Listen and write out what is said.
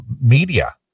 media